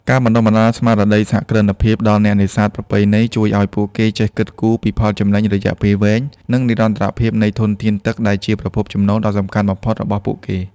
ការបណ្តុះស្មារតីសហគ្រិនភាពដល់អ្នកនេសាទប្រពៃណី ជួយឱ្យពួកគេចេះគិតគូរពីផលចំណេញរយៈពេលវែង និងនិរន្តរភាពនៃធនធានទឹកដែលជាប្រភពចំណូលដ៏សំខាន់បំផុតរបស់ពួកគេ។